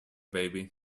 baby